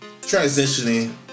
transitioning